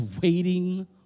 waiting